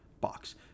box